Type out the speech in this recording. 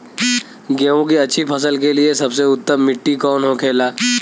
गेहूँ की अच्छी फसल के लिए सबसे उत्तम मिट्टी कौन होखे ला?